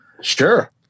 sure